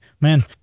Man